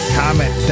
comment